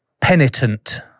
Penitent